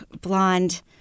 blonde